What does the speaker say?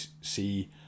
see